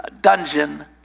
dungeon